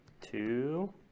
two